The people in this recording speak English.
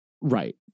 right